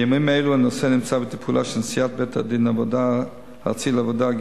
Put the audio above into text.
בימים אלה הנושא נמצא בטיפולה של נשיאת בית-הדין הארצי לעבודה,